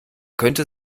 könnte